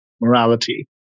morality